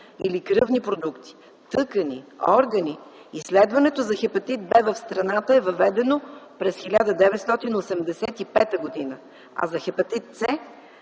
или кръвни продукти, тъкани, органи, изследването за хепатит „В” в страната е въведено през 1985 г., а за хепатит